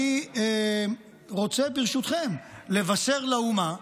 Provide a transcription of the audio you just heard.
אני רוצה ברשותכם לבשר לאומה,